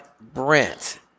Brent